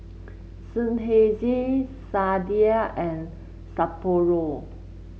Seinheiser Sadia and Sapporo